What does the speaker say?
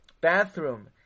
bathroom